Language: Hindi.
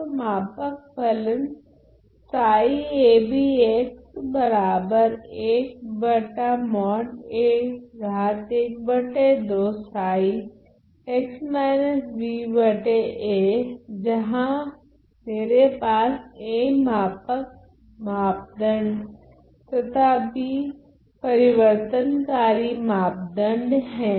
तो मापक फलन जहां मेरे पास a मापक मापदंड तथा b परिवर्तनकारी मापदंड हैं